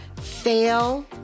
fail